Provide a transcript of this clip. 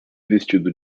vestido